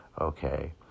Okay